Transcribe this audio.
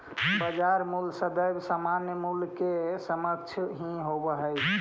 बाजार मूल्य सदैव सामान्य मूल्य के समकक्ष ही होवऽ हइ